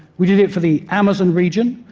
we did it for the amazon region.